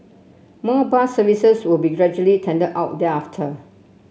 more bus services will be gradually tendered out thereafter